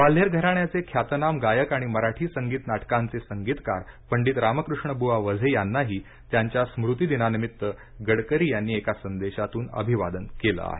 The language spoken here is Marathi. ग्वाल्हेर घराण्याचे ख्यातनाम गायक आणि मराठी संगीत नाटकांचे संगीतकार पंडित रामकृष्णबुवा वझे यांनाही त्यांच्या स्मृतिदिनानिमित्त गडकरी यांनी एका संदेशातून अभिवादन केलं आहे